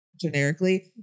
generically